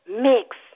mix